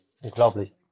Unglaublich